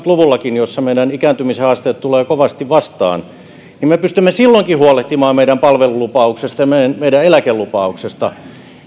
luvullakin jolloin meidän ikääntymishaasteemme tulevat kovasti vastaan me pystymme huolehtimaan meidän palvelulupauksestamme ja meidän eläkelupauksestamme